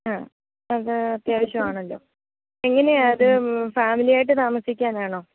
ആ അത് അത്യാവശ്യവാണല്ലോ എങ്ങനെയാണ് അത് ഫാമിലിയായിട്ട് താമസിക്കാനാണോ